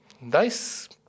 nice